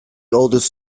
oldest